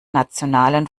nationalen